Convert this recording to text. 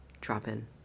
drop-in